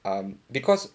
um because